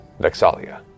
Vexalia